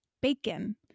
Bacon